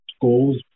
goals